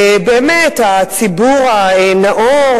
הציבור הנאור